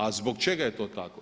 A zbog čega je to tako?